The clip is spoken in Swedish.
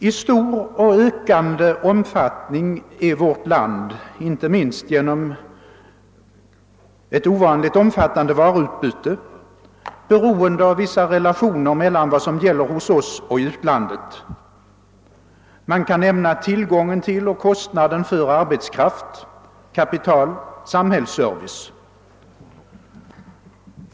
I stor och ökande omfattning är vårt land, inte minst genom elt ovanligt omfattande varuutbyte, beroende av vissa relationer till utlandet. Man kan nämna tillgången på och kostnaden för arbetskraft, kapital och samhällsservice.